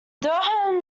durham